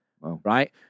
right